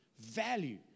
Value